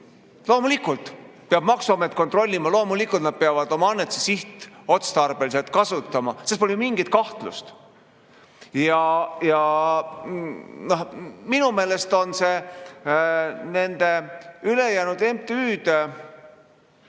Loomulikult peab maksuamet kontrollima. Loomulikult peavad nad oma annetusi sihtotstarbeliselt kasutama. Selles pole mingit kahtlust. Minu meelest on see nende ülejäänud MTÜ‑de